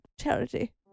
Charity